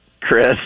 Chris